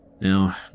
Now